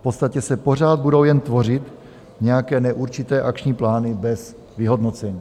V podstatě se pořád budou jen tvořit nějaké neurčité akční plány bez vyhodnocení.